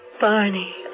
Barney